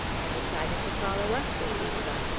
i decided to follow up this eva.